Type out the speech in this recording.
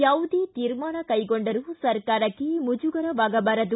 ಯಾವುದೇ ತೀರ್ಮಾನ ಕ್ಟೆಗೊಂಡರೂ ಸರ್ಕಾರಕ್ಷೆ ಮುಜುಗರವಾಗಬಾರದು